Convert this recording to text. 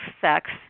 sex